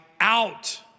out